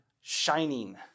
shining